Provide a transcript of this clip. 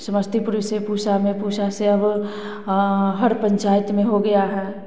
समस्तीपुर से पूसा पूसा से अब हर पंचायत में हो गया है